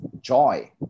joy